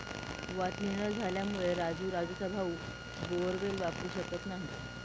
वाटणी न झाल्यामुळे राजू राजूचा भाऊ बोअरवेल वापरू शकत नाही